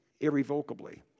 irrevocably